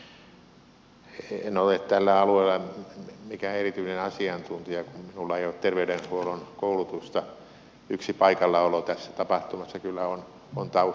en ole tällä alueella mikään erityinen asiantuntija kun minulla ei ole terveydenhuollon koulutusta yksi paikallaolo tässä tapahtumassa kyllä on taustalla